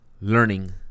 learning